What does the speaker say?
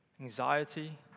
anxiety